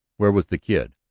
where was the kid?